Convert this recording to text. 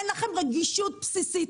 אין לכם רגישות בסיסית,